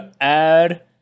add